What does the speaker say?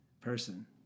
person